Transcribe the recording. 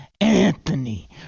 Anthony